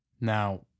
Now